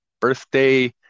birthday